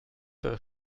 der